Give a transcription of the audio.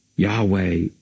Yahweh